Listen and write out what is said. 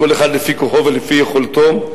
כל אחד לפי כוחו ולפי יכולתו,